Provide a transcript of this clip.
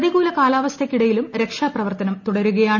പ്രതികൂല കാലാവസ്ഥയ്ക്കിടയിലും രക്ഷാപ്രവർത്തനം തുടരുകയാണ്